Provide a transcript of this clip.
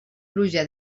pluja